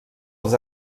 els